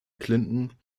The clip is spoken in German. clinton